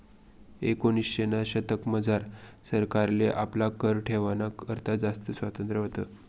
एकोनिसशेना दशकमझार सरकारले आपला कर ठरावाना करता जास्त स्वातंत्र्य व्हतं